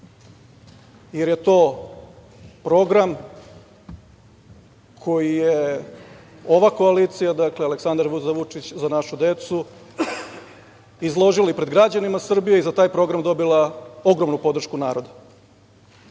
jer je to program koji je ova koalicija, dakle, „Aleksandar Vučić – Za našu decu“ izložila pred građanima Srbije i za taj program dobila ogromnu podršku naroda. Želim,